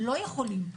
לא יכולים,